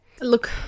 Look